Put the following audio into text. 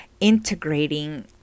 integrating